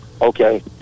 okay